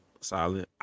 solid